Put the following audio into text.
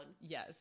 Yes